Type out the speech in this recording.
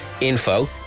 info